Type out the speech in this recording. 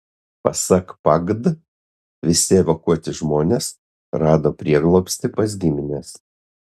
pasak pagd visi evakuoti žmonės rado prieglobstį pas gimines